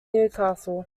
newcastle